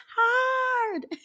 hard